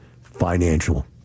financial